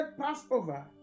Passover